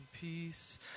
peace